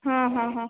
हां हां हां